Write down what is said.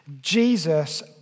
Jesus